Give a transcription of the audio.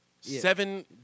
seven